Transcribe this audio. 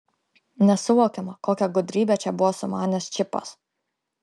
nesuvokiama kokią gudrybę čia buvo sumanęs čipas